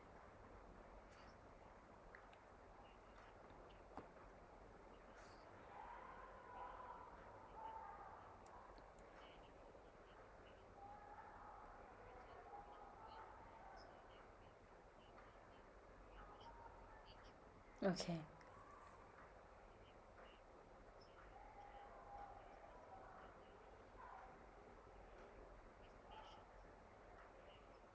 okay